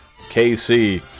KC